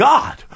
God